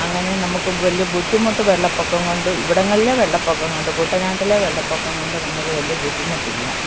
അങ്ങനെ നമുക്ക് വലിയ ബുദ്ധിമുട്ട് വെള്ളപ്പൊക്കം കൊണ്ട് ഇവിടങ്ങളിലെ വെള്ളപ്പൊക്കം കൊണ്ട് കുട്ടനാട്ടിലെ വെള്ളപൊക്കം കൊണ്ട് നമുക്കു വലിയ ബുദ്ധിമുട്ടില്ല